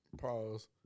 pause